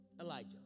Elijah